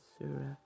Surah